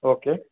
okay